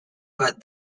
but